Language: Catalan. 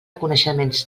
coneixements